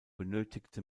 benötigte